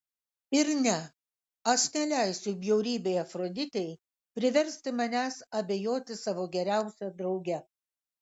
ir ne aš neleisiu bjaurybei afroditei priversti manęs abejoti savo geriausia drauge